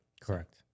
correct